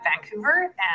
Vancouver